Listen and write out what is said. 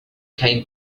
came